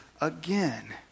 again